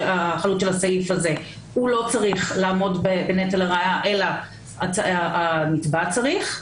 הסעיף הזה הוא לא צריך לעמוד בנטל הראיה אלא הנתבע צריך,